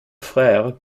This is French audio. frère